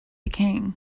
king